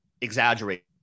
exaggerate